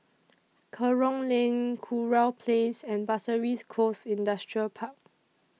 Kerong Lane Kurau Place and Pasir Ris Coast Industrial Park